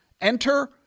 Enter